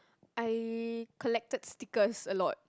I collected stickers a lot